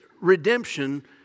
redemption